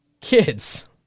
kids